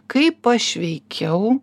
kaip aš veikiau